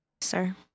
Sir